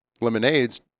lemonades